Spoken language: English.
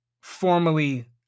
formally